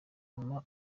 nyuma